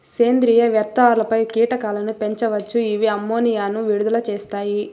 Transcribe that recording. సేంద్రీయ వ్యర్థాలపై కీటకాలను పెంచవచ్చు, ఇవి అమ్మోనియాను విడుదల చేస్తాయి